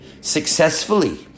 successfully